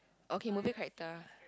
okay movie character